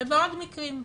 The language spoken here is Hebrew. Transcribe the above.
ובעוד מקרים.